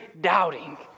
doubting